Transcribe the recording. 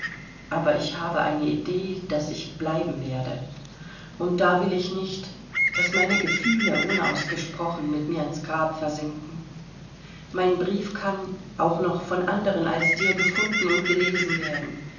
aber ich habe eine idee daß ich bleiben werde und da will ich nicht daß meine gefühle unausgesprochen mit mir ins grab versinken mein brief kann auch noch von anderen als dir gefunden und gelesen werden